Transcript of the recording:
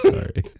Sorry